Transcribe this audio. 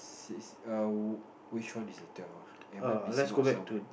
six err which one is the twelve ah am I missing out somewhere